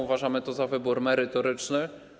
Uważamy to za wybór merytoryczny.